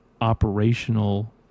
operational